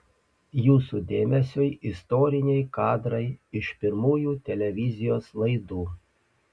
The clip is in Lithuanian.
jūsų dėmesiui istoriniai kadrai iš pirmųjų televizijos laidų